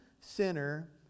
sinner